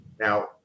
now